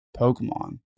Pokemon